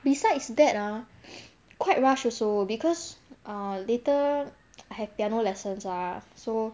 besides that uh quite rush also because err later I have piano lessons uh so